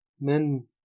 Men